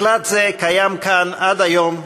מקלט זה קיים כאן עד היום,